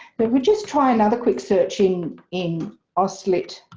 but we just try another quick search in in auslit.